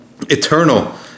eternal